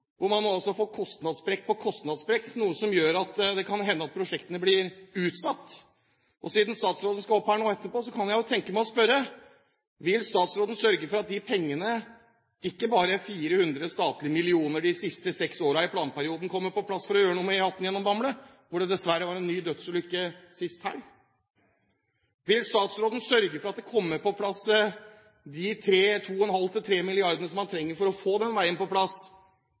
kan man se på E18, der man altså får kostnadssprekk på kostnadssprekk, noe som gjør at det kan hende at prosjektene blir utsatt. Og siden statsråden skal opp her nå etterpå, kan jeg jo tenke meg å spørre: Vil statsråden sørge for at ikke bare 400 statlige millioner de siste seks årene i planperioden kommer på plass for å gjøre noe med E18 gjennom Bamble – der det dessverre var en dødsulykke sist helg – men at det kommer på plass 2,5–3 mrd. kr som man trenger for å få den veien på plass?